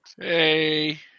Hey